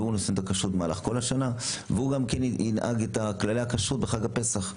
כך זה במהלך כל השנה והוא ינהג לפי כללי הכשרות בחג הפסח.